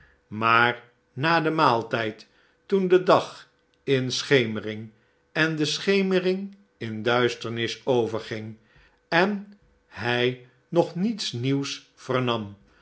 maar na den maaltijd toen de dag in schemering en de schemering in duisternis overging en hij nog niets nieuws vernam